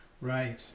Right